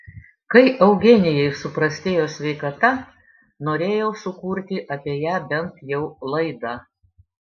kai eugenijai suprastėjo sveikata norėjau sukurti apie ją bent jau laidą